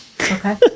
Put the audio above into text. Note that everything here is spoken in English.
Okay